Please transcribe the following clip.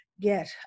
get